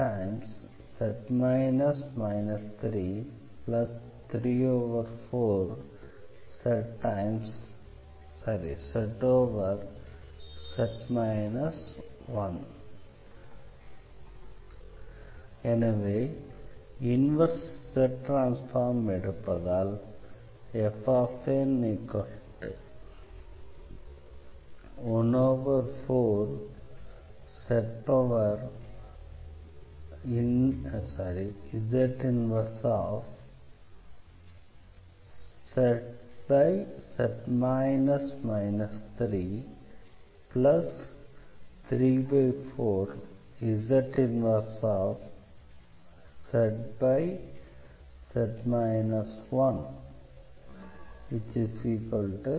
zz 1 எனவே inverse Z transform எடுப்பதால் fn14Z 1zz 334Z 1zz 1 14